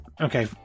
Okay